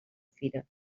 fira